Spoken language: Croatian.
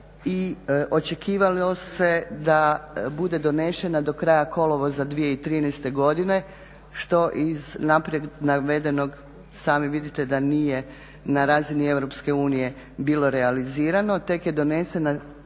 i očekivalo se da bude donešena do kraja kolovoza 2013.godine što iz naprijed navedenog sami vidite da nije na razini EU bilo realizirano, tek je donesena